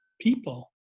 people